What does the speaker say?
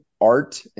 art